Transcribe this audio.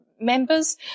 members